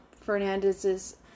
Fernandez's